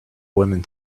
women